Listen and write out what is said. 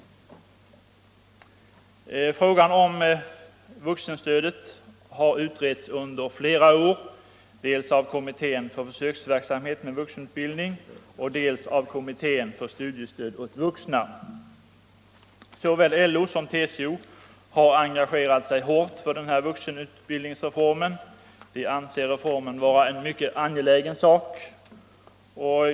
Frågan om vuxenstudiestödet har utretts i flera år, dels av kommittén för försöksverksamhet med vuxenutbildning, dels av kommittén för studiestöd åt vuxna. Såväl LO som TCO har engagerat sig hårt för den här vuxenutbildningsreformen. De anser reformen vara en mycket an gelägen sak.